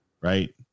right